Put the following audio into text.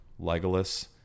Legolas